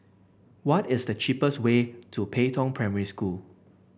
what is the cheapest way to Pei Tong Primary School